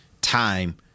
time